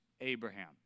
Abraham